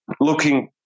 looking